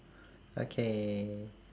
okay